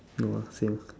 no ah same